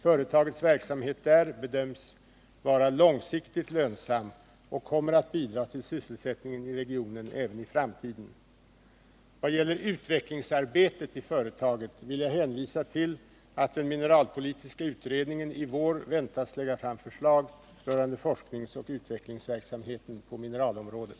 Företagets verksamhet där bedöms vara långsiktigt lönsam och kommer att bidra till sysselsättningen i regionen även i framtiden. Vad gäller utvecklingsarbetet i företaget vill jag hänvisa till att mineralpolitiska utredningen i vår väntas lägga fram förslag rörande forskningsoch utvecklingsverksamheten på mineralområdet.